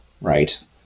right